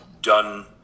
done